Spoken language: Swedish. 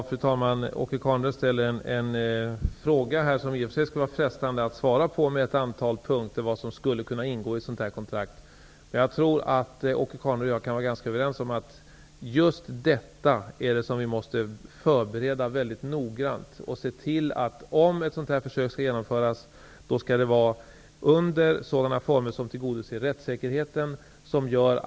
Fru talman! Åke Carnerö ställer en fråga som i och för sig är frestande att svara på, med ett antal punkter som skulle kunna ingå i ett sådant här kontrakt. Jag tror dock att Åke Carnerö och jag är ganska överens om att just detta måste förberedas väldigt noga. Vi måste se till att försöket, om det skall genomföras, måste ske under sådana former att rättssäkerheten tillgodoses.